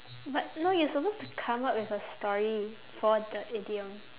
but no you're supposed to come up with a story for the idiom